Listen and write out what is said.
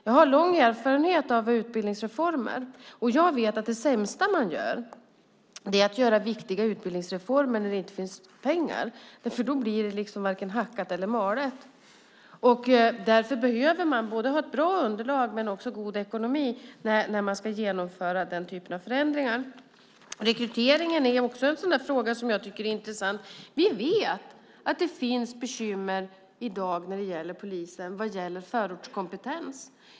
Jag har lång erfarenhet av utbildningsreformer, och jag vet att det sämsta man kan göra är att genomföra viktiga utbildningsreformer när det inte finns pengar. Då blir det varken hackat eller malet. Därför behöver man ha både bra underlag och god ekonomi när man ska genomföra denna typ av förändringar. Rekryteringen är också en fråga som jag tycker är intressant. Vi vet att det finns bekymmer inom polisen i dag när det gäller förortskompetens.